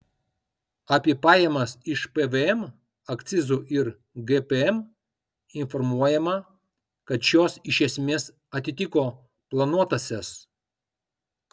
apie pajamas iš pvm akcizų ir gpm informuojama kad šios iš esmės atitiko planuotąsias